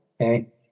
Okay